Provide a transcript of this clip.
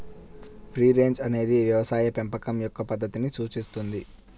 free range అనేది వ్యవసాయ పెంపకం యొక్క పద్ధతిని సూచిస్తుంది